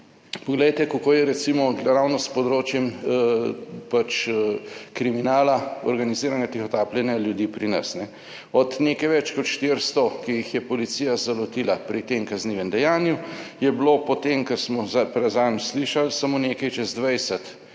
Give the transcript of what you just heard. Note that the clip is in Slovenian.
poglejte, kako je recimo ravno s področjem pač kriminala, organiziranega tihotapljenja ljudi pri nas, kajne. Od nekaj več kot 400, ki jih je policija zalotila pri tem kaznivem dejanju, je bilo po tem, kar smo za, zadnjič slišali, samo nekaj čez 20